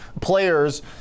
players